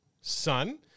son